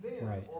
Right